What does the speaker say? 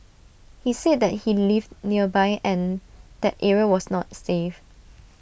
he said that he lived nearby and that area was not safe